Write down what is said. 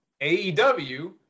AEW